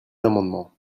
amendements